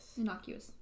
Innocuous